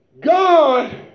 God